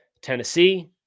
Tennessee